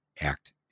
act